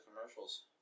commercials